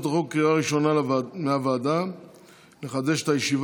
המלצת הוועדה הזמנית לענייני חוץ וביטחון